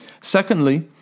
Secondly